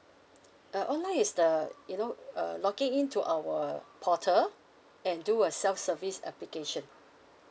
uh online is the you know uh logging in to our portal and do a self service application